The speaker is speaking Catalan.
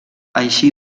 així